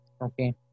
Okay